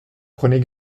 prenez